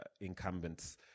incumbents